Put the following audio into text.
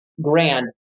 grand